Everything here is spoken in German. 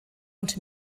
und